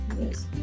yes